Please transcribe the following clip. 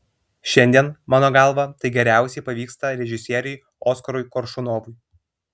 šiandien mano galva tai geriausiai pavyksta režisieriui oskarui koršunovui